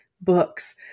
books